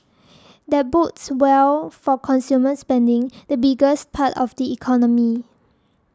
that bodes well for consumer spending the biggest part of the economy